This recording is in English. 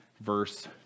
Verse